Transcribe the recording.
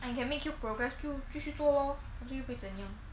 and can make you progress 就继续做 lor 反正又不会怎样